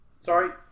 Sorry